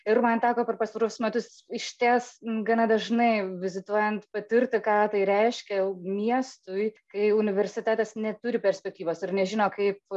ir man teko per pastaruosius metus išties gana dažnai vizituojant patirti ką tai reiškia miestui kai universitetas neturi perspektyvos ir nežino kaip